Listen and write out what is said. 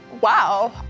Wow